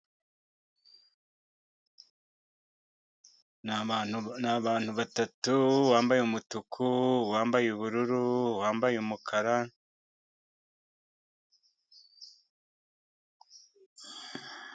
Ni abantu batatu; uwambaye umutuku, uwambaye ubururu, uwambaye umukara,...